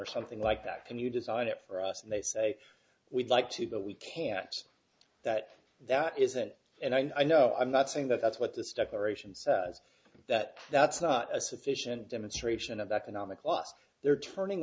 or something like that can you design it for us and they say we'd like to but we can't that that isn't and i know i'm not saying that that's what this declaration says that that's not a sufficient demonstration of economic loss they're turning